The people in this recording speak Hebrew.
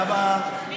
היה בה ממש.